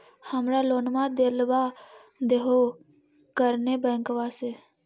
हमरा लोनवा देलवा देहो करने बैंकवा से?